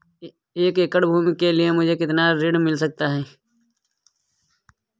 एक एकड़ भूमि के लिए मुझे कितना ऋण मिल सकता है?